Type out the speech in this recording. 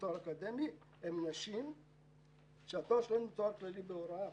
תואר אקדמי הן נשים שהתואר שלהן הוא תואר כללי בהוראה.